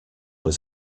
was